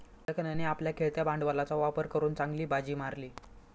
लखनने आपल्या खेळत्या भांडवलाचा वापर करून चांगली बाजी मारली